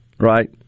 right